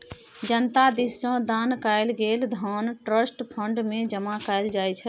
जनता दिस सँ दान कएल गेल धन ट्रस्ट फंड मे जमा कएल जाइ छै